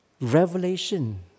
Revelation